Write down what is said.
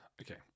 Okay